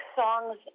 songs